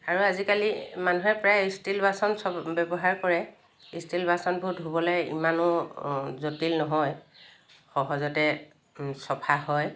আৰু আজিকালি মানুহে প্ৰায় ষ্টীল বাচন ব্যৱহাৰ কৰে ষ্টীল বাচনবোৰ ধোবলৈ ইমানো জটিল নহয় সহজতে চফা হয়